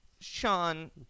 Sean